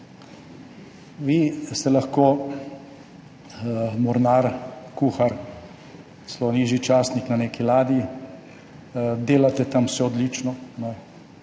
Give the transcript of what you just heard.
Vi ste lahko mornar, kuhar, celo nižji častnik na neki ladji, delate tam vse odlično,